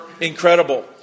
incredible